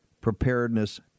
preparedness